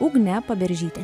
ugne paberžyte